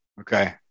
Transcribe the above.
Okay